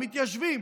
המתיישבים,